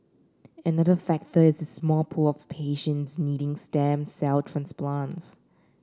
another factor is the small pool of patients needing stem cell transplants